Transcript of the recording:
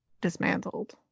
dismantled